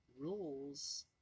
rules